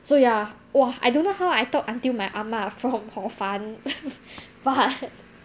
so ya !wah! I don't know how I talk until my 阿嬷 from hor fun but